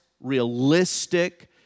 realistic